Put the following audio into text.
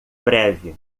breve